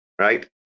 right